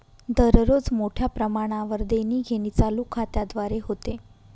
दररोज मोठ्या प्रमाणावर देणीघेणी चालू खात्याद्वारे होते